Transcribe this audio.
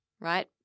right